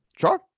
Sure